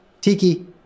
Tiki